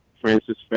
Francis